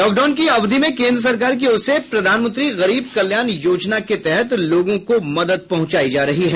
lockdown की अवधि में केन्द्र सरकार की ओर से प्रधानमंत्री गरीब कल्याण योजना के तहत लोगों को मदद पहुंचायी जा रही है